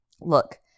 Look